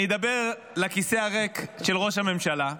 אני אדבר לכיסא הריק של ראש הממשלה.